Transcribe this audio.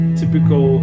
typical